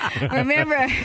Remember